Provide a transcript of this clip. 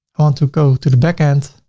i want to go to the backend,